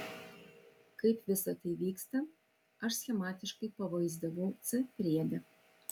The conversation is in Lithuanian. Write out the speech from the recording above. kaip visa tai vyksta aš schematiškai pavaizdavau c priede